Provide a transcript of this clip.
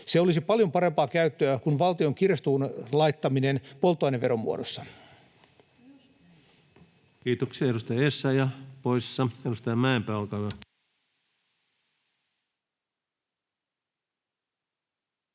Se olisi paljon parempaa käyttöä kuin valtion kirstuun laittaminen polttoaineveron muodossa. Kiitoksia. — Edustaja Essayah poissa. — Edustaja Mäenpää, olkaa hyvä.